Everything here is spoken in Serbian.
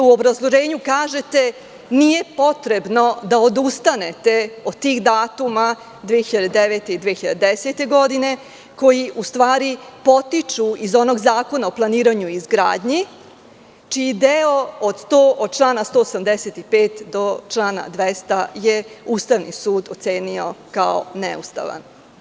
U obrazloženju kažete da nije potrebno da odustanete od tih datuma – 2009. i 2010. godina, a koji u stvari potiču iz onog Zakona o planiranju i izgradnji, čiji deo od člana 185. do člana 200. je Ustavni sud ocenio kao neustavan.